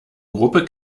gruppe